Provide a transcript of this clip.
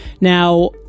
Now